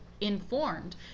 informed